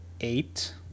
eight